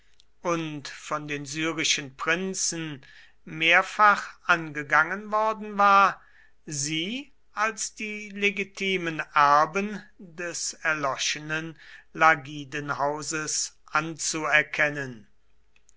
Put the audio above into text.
und von den syrischen prinzen mehrfach angegangen worden war sie als die legitimen erben des erloschenen lagidenhauses anzuerkennen